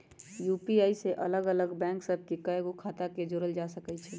UPI में अलग अलग बैंक सभ के कएगो खता के जोड़ल जा सकइ छै